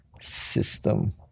system